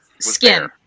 skin